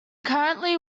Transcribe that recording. currently